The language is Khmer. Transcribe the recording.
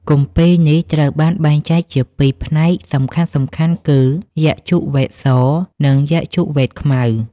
គម្ពីរនេះត្រូវបានបែងចែកជា ២ ផ្នែកសំខាន់ៗគឺ យជុវ៌េទ ស និងយជុវ៌េទខ្មៅ។